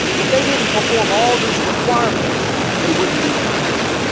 if they didn't perform all these requirements, they wouldn't be blessed.